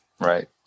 right